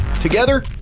Together